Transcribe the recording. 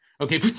Okay